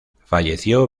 falleció